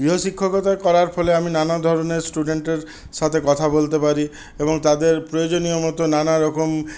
গৃহ শিক্ষকতা করার ফলে আমি নানা ধরনের স্টুডেন্টের সাথে কথা বলতে পারি এবং তাদের প্রয়োজনীয় মতো নানা রকম